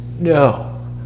No